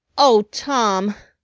o tom!